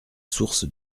source